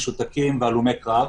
משותקים והלומי קרב.